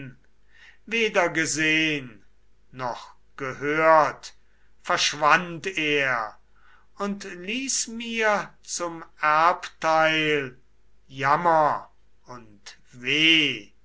weder gesehn noch gehört verschwand er und ließ mir zum erbteil jammer und weh